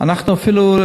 אנחנו אפילו,